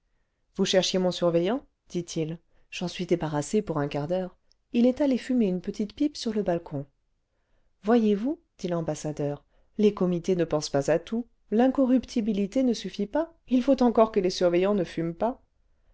vous cherchiez mon surveillant dit-il j'en suis débarrassé pour un quart d'heure il est allé fumer une petite pipe sur le balcon voyez-vous dit l'ambassadeur les comités ne pensent pas à tout l'incorruptibilité ne suffit pas il faut encore que les surveillants ne fument pas